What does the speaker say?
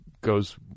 goes